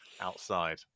outside